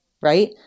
right